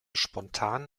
spontan